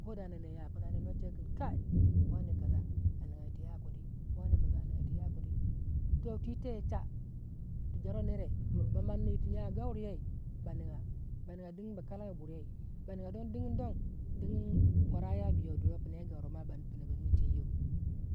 ko dana ner ya pina ne no chekin kai wane kasa anigya yir tu yakuni wane kasa a nigya yir tu ya kuni toh twei teye cha tu jaruwai nere ba manni yirti jyai gauriyai banigya banigya din ba kalagya biryei ba nigya digin don digin kwaraya bu yo duro wo pina yi gaure mwa ba nu tenyo